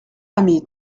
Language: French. ami